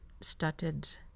started